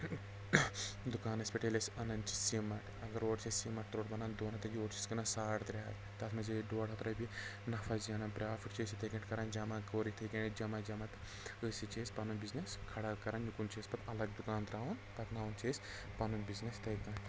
بیٚیہِ چھِ أسۍ دُکانس پٮ۪ٹھ ییٚلہِ أسۍ انان چھِ سیٖمٹ اگر اورٕ چھِ أسۍ سیٖمٹ ترٛوڑٕ بنان دۄن ہتن یورٕ چھِ أسۍ کٕنان ساڈ ترٛےٚ ہتھ تتھ منٛز یہِ ڈۄڑ ہتھ رۄپیہِ نفہ زینان پرافٹ چھِ أسۍ یِتھٕے کٔنۍ کران جمع کوٚر یِتھٕے کٔنۍ اسہِ جمع جمع أتھۍ سۭتۍ چھِ أسۍ پنُن بِزنٮ۪س کھڑا کران یِکُن چھِ أسۍ پتہٕ الگ دُکان تراوان پکناوان چھِ أسۍ پنُن بِزنٮ۪س یِتھٕے کٲنٹھۍ